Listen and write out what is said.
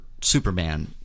Superman